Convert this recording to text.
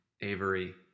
avery